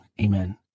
Amen